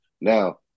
Now